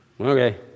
Okay